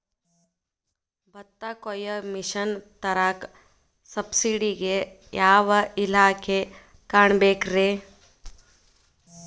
ಭತ್ತ ಕೊಯ್ಯ ಮಿಷನ್ ತರಾಕ ಸಬ್ಸಿಡಿಗೆ ಯಾವ ಇಲಾಖೆ ಕಾಣಬೇಕ್ರೇ?